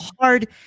hard